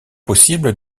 possible